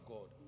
God